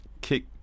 Kick